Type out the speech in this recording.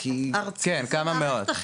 ארצי עוד כמה מאות.